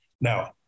Now